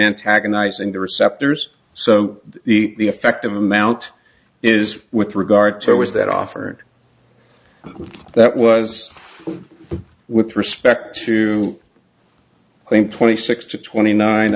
antagonizing the receptors so the effect of amount is with regard to it was that offered and that was with respect to think twenty six to twenty nine